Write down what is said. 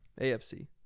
AFC